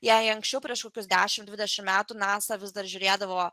jei anksčiau prieš kokius dešim dvidešim metų nasa vis dar žiūrėdavo